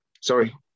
sorry